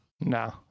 No